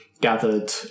gathered